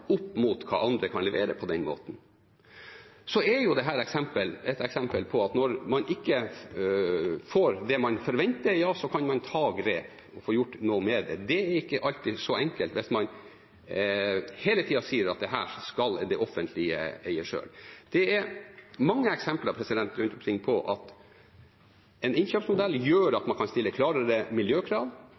opp mot hva andre kan levere. Dette er et eksempel på at når man ikke får det man forventer, kan man ta grep og få gjort noe med det. Det er ikke alltid så enkelt hvis man hele tiden sier at dette skal det offentlige eie selv. Det er mange eksempler rundt omkring på at en innkjøpsmodell gjør at man bl.a. kan stille klarere miljøkrav,